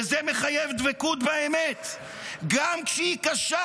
וזה מחייב דבקות באמת גם כשהיא קשה.